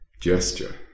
gesture